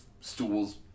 stools